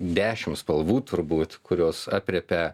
dešim spalvų turbūt kurios aprėpia